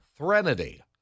Threnody